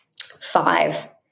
five